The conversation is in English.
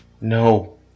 no